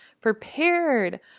prepared